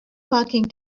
parking